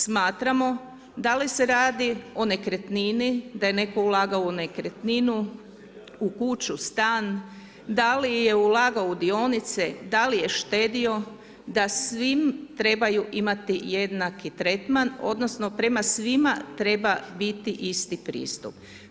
Smatramo da li se radi o nekretnini, da je netko ulagao u nekretninu, u kuću, stan, da li je ulagao u dionice, da li je štedio, da svi trebaju imati jednaki tretman odnosno prema svima treba biti isti pristup.